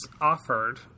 offered